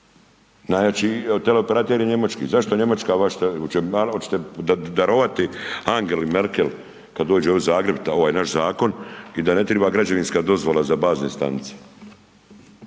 Njemačka .../Govornik se ne razumije./... oćete darovati Angeli Merkel kad dođe u Zagreb ovaj naš zakon i da ne treba građevinska dozvola za bazne stanice.